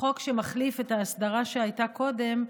חוק שמחליף את ההסדרה שהייתה קודם,